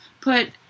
put